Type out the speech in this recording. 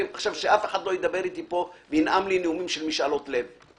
עכשיו שאף אחד לא ינאם פה נאומים של משאלות לב.